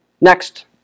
next